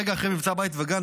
רגע אחרי מבצע בית וגן,